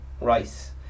rice